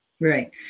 Right